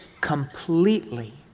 completely